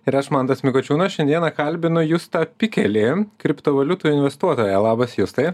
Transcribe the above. ir aš mantas mikočiūnas šiandieną kalbinu justą pikelį kriptovaliutų investuotoją labas justai